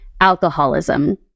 Alcoholism